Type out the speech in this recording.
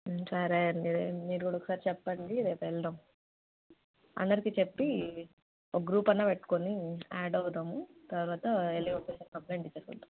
సరే అండి మీరు కూడా ఒకసారి చెప్పండి రేపెళ్దాము అందరికీ చెప్పి ఒక గ్రూప్ అయినా పెట్టుకుని యాడ్ అవుదాము తరువాత వెళ్ళి ఒకేసారి కంప్లెయింట్ ఇచ్చేసి వద్దాము